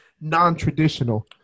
non-traditional